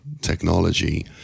technology